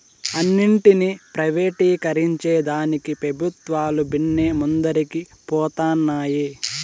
అన్నింటినీ ప్రైవేటీకరించేదానికి పెబుత్వాలు బిన్నే ముందరికి పోతన్నాయి